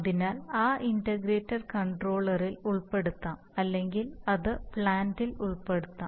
അതിനാൽ ആ ഇന്റഗ്രേറ്റർ കൺട്രോളറിൽ ഉൾപ്പെടുത്താം അല്ലെങ്കിൽ അത് പ്ലാന്റിൽ ഉൾപ്പെടുത്താം